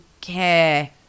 care